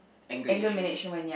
anger issues